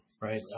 right